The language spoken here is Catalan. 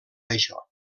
això